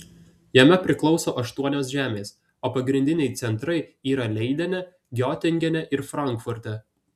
jame priklauso aštuonios žemės o pagrindiniai centrai yra leidene giotingene ir frankfurte